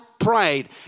Prayed